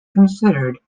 considered